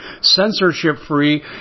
censorship-free